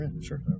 Sure